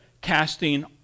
casting